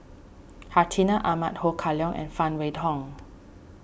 Hartinah Ahmad Ho Kah Leong and Phan Wait Hong